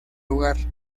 lugar